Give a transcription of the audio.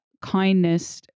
kindness